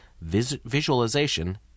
visualization